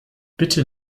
bitte